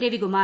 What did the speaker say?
Ravikumar